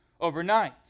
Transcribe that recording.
overnight